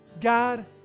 God